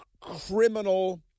criminal